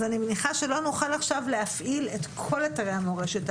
אז אני מניחה שלא נוכל להפעיל את כל אתרי המורשת,